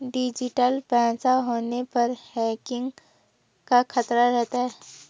digital पैसा होने पर हैकिंग का खतरा रहता है